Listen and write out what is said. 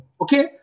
Okay